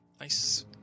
Nice